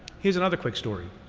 here's another quick story.